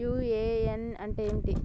UAN అంటే ఏంది?